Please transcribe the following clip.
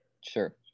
sure